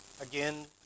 Again